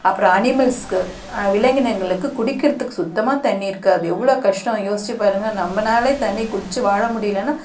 அப்புறம் அனிமல்ஸ்க்கு விலங்கினங்களுக்கு குடிக்கிறத்துக்கு சுத்தமாக தண்ணி இருக்காது எவ்வளோ கஷ்டம் யோசிச்சு பாருங்கள் நம்பனாலே தண்ணி குடிச்சு வாழ முடியிலன்னா